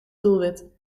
doelwit